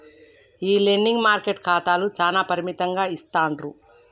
ఈ లెండింగ్ మార్కెట్ల ఖాతాలు చానా పరిమితంగా ఇస్తాండ్రు